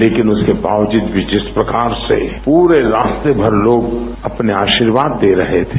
लेकिन उसके बावजूद भी जिस प्रकार से पूरे रास्ते भर लोग अपना आशिर्वाद दे रहे थे